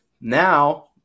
Now